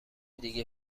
دیگه